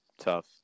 tough